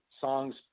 songs